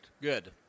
Good